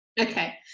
Okay